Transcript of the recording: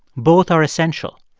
both are essential.